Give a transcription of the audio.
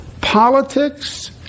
Politics